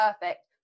perfect